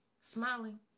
smiling